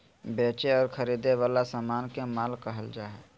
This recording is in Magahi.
बेचे और खरीदे वला समान के माल कहल जा हइ